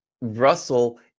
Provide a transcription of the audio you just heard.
Russell